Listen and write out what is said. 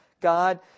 god